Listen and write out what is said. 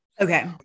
Okay